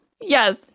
Yes